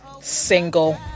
single